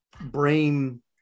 brain